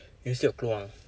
university of klang